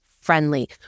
friendly